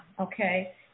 okay